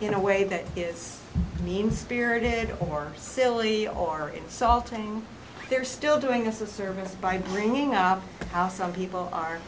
in a way that is mean spirited or silly or salting they're still doing us a service by bringing up how some people are